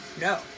no